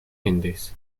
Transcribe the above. indies